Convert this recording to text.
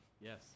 Yes